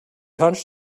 hunched